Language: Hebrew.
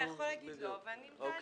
אתה יכול להגיד לא ולי מותר לשאול.